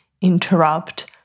interrupt